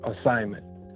assignment